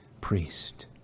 priest